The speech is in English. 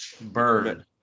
Bird